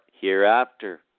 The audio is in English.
hereafter